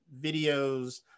videos